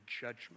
judgment